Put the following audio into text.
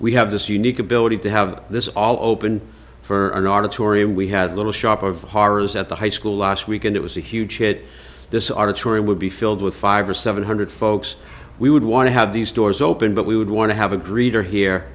we have this unique ability to have this all open for an art of tori and we had a little shop of horrors at the high school last week and it was a huge hit this are touring would be filled with five or seven hundred folks we would want to have these doors open but we would want to have a greeter here